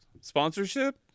Sponsorship